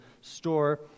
store